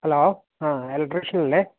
hello ആ electrician അല്ലേ